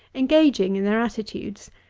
engaging in their attitudes,